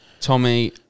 Tommy